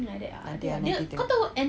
nanti nanti aku tengok